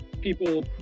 people